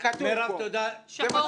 זה מה שכתוב פה.